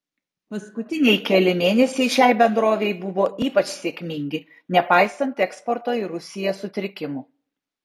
paskutiniai keli mėnesiai šiai bendrovei buvo ypač sėkmingi nepaisant eksporto į rusiją sutrikimų